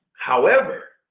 however,